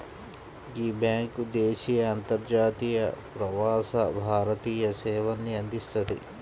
యీ బ్యేంకు దేశీయ, అంతర్జాతీయ, ప్రవాస భారతీయ సేవల్ని అందిస్తది